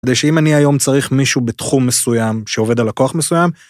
כדי שאם אני היום צריך מישהו בתחום מסוים שעובד על לקוח מסוים.